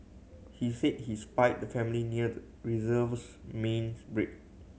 he said he spied the family near the reserve's main's bridge